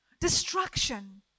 Destruction